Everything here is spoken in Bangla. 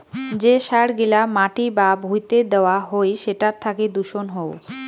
যে সার গিলা মাটি বা ভুঁইতে দেওয়া হই সেটার থাকি দূষণ হউ